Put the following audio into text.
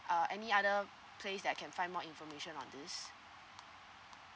uh any other place that I can find more information on this